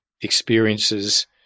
experiences